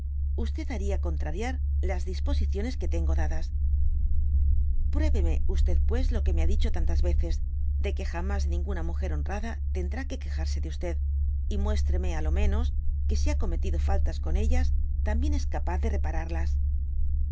haría contrariar las disposiciones que tengo dadas pruébeme pues lo que me ha dicho tantas veces de que jamas ninguna müger honrada tendrá que qoiejarse de y muéstreme á lo menos que si ha cometido faltas con ellas también es capaz dere pararlas